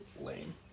Lame